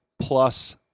plus